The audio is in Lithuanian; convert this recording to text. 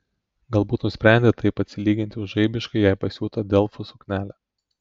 galbūt nusprendė taip atsilyginti už žaibiškai jai pasiūtą delfų suknelę